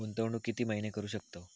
गुंतवणूक किती महिने करू शकतव?